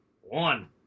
One